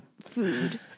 food